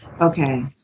Okay